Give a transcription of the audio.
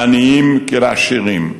לעניים כעשירים,